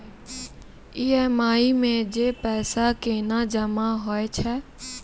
EMI मे जे पैसा केना जमा होय छै?